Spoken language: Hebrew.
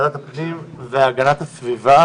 אני מתכבד לפתוח את ישיבת ועדת הפנים והגנת הסביבה